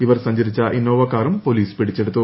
ഇപ്പർ് സഞ്ചരിച്ച ഇന്നോവ കാറും പൊലീസ് പിടിച്ചെടുത്തു